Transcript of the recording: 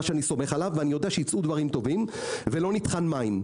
שאני סומך עליו ואני יודע שייצאו דברים טובים ולא נטחן מים.